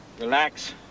relax